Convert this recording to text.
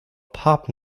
pop